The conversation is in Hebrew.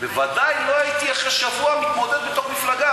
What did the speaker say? בוודאי לא אחרי שבוע הייתי מתמודד בתוך מפלגה,